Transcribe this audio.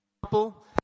couple